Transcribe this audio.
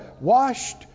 Washed